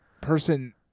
person